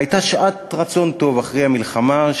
והייתה שעת רצון טוב אחרי המלחמה,